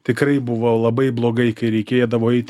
tikrai buvo labai blogai kai reikėdavo eiti